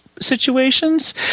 situations